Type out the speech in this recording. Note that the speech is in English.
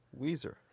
Weezer